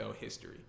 history